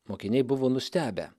mokiniai buvo nustebę